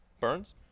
Burns